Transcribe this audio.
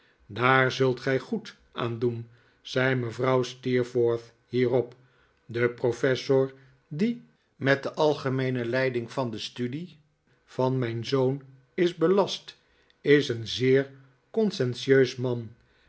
daar zult gij goed aan doen zei mevrouw steerforth hierop de professor die met de algemeene leiding van de studie van mijn zoon is belast is een zeer conscientieus man